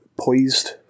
poised